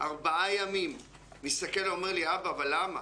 ארבעה ימים מסתכל עליי ואומר לי: אבא, אבל למה?